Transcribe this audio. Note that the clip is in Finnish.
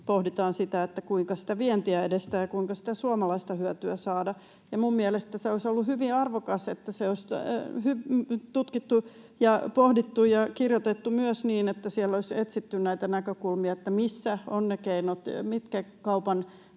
pohditaan sitä, kuinka vientiä edistetään ja kuinka sitä suomalaista hyötyä saadaan. Minun mielestäni olisi ollut hyvin arvokasta, että olisi tutkittu ja pohdittu ja kirjoitettu myös niin, että siellä olisi etsitty näitä näkökulmia siitä, missä ovat ne keinot, mitkä ovat